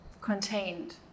contained